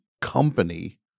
company